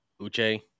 Uche